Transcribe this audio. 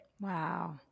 Wow